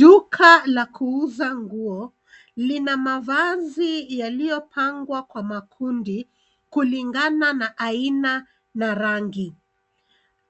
Duka la kuuza nguo, lina mavazi yaliyopangwa kwa makundi, kulingana na aina na rangi.